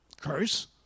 Curse